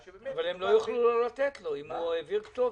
אבל הם לא יוכלו לא לתת לו אם הוא העביר כתובת.